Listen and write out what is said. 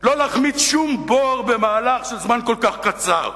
לא להחמיץ שום בור במהלך של זמן כל כך קצר?